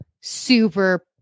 super